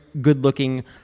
good-looking